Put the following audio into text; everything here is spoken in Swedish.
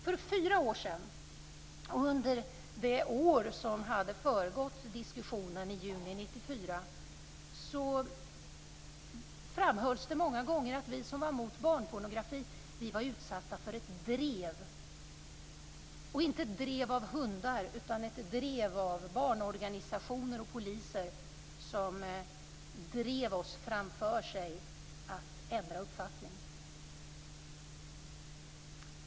För fyra år sedan, och under det år som hade föregått diskussionen i juni 1994, framhölls det många gånger att vi som var mot barnpornografi var utsatta för ett drev. Det var inte ett drev av hundar. Det var barnorganisationer och poliser som drev oss framför sig för att få oss att ändra uppfattning.